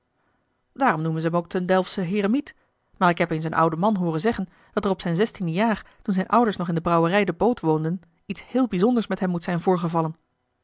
daarom noemen ze hem ook den delftschen heremiet maar ik heb eens een oud man hooren zeggen dat er op zijn zestiende jaar toen zijne ouders nog in de brouwerij de boot woonden iets heel bijzonders met hem moet zijn voorgevallen